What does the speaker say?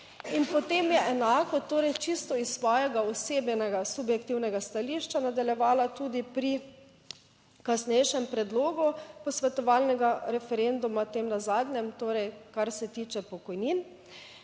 In potem je enako, torej čisto iz svojega osebnega subjektivnega stališča, nadaljevala tudi pri kasnejšem predlogu posvetovalnega referenduma o tem na zadnjem, torej kar se tiče pokojnin,